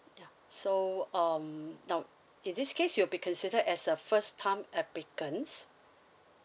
so um now in this case you'll be considered as a first time applicant